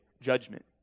judgment